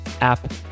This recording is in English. app